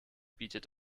bietet